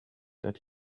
that